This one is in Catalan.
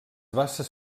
basses